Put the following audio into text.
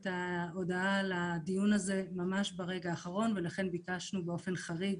ההודעה על הדיון הזה ממש ברגע האחרון ולכן ביקשנו באופן חריג